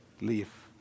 leave